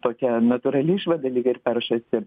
tokia natūrali išvada lyg ir peršasi